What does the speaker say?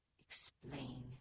Explain